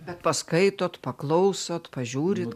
bet paskaitot paklausot pažiūrit